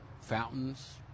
fountains